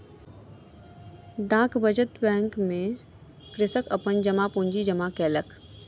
डाक बचत बैंक में कृषक अपन जमा पूंजी जमा केलक